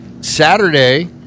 saturday